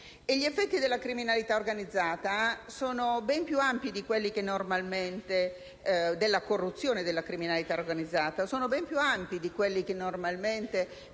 Gli effetti della corruzione e della criminalità organizzata sono ben più ampi di quelli che normalmente